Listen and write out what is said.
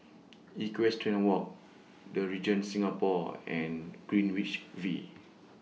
Equestrian Walk The Regent Singapore and Greenwich V